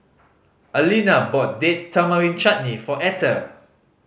Alina bought Date Tamarind Chutney for Etter